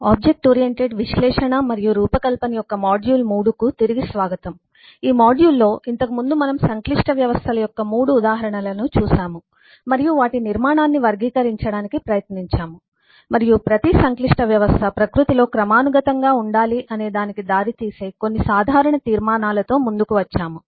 object oriented విశ్లేషణ మరియు రూపకల్పన యొక్క మాడ్యూల్ 3 కు తిరిగి స్వాగతం ఈ మాడ్యూల్ లో ఇంతకుముందు మనము సంక్లిష్ట వ్యవస్థల యొక్క మూడు ఉదాహరణలను చూశాము మరియు వాటి నిర్మాణాన్ని వర్గీకరించడానికి ప్రయత్నించాము మరియు ప్రతి సంక్లిష్ట వ్యవస్థ ప్రకృతిలో క్రమానుగతంగా ఉండాలి అనేదానికి దారితీసే కొన్ని సాధారణ తీర్మానాలతో ముందుకు వచ్చాము